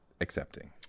accepting